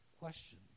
question